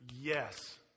yes